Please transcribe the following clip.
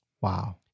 Wow